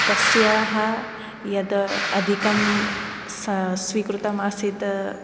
तस्याः यद् अधिकं स स्वीकृतमासीत्